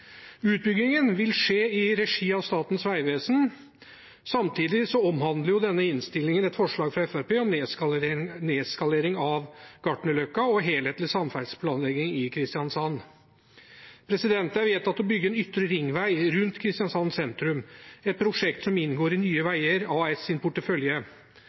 Utbyggingen vil skje i regi av Statens vegvesen. Samtidig omhandler denne innstillingen et forslag fra Fremskrittspartiet om nedskalering av Gartnerløkka og helhetlig samferdselsplanlegging i Kristiansand. Det er vedtatt å bygge en ytre ringvei rundt Kristiansand sentrum, et prosjekt som inngår i Nye Veier AS’ portefølje.